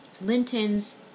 Lintons